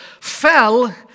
fell